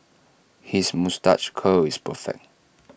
his moustache curl is perfect